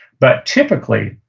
but typically,